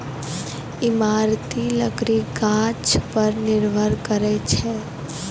इमारती लकड़ी गाछ पर निर्भर करै छै